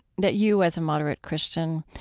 that you as a moderate christian,